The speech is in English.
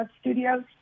studios